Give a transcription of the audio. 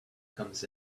comes